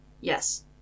Yes